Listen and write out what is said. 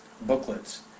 booklets